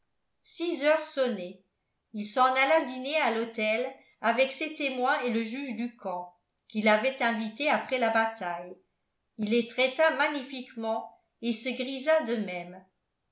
six heures sonnaient il s'en alla dîner à l'hôtel avec ses témoins et le juge du camp qu'il avait invités après la bataille il les traita magnifiquement et se